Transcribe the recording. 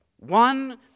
One